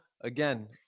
again